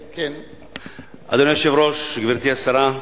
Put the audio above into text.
אדוני היושב-ראש, גברתי השרה,